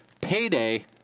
Payday